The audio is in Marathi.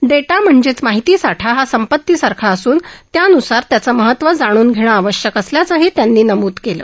डेटा म्हणजेच माहिती साठा हा संपतीसारखा असून त्यान्सार त्याचं महत्व जाणून घेणं आवश्यक असल्याचंही त्यांनी नमूद केलं